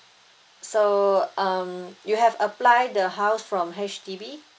so um you have apply the house from H_D_B